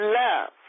love